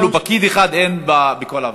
אפילו פקיד אחד אין בכל הוועדה.